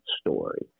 story